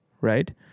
Right